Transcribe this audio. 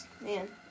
man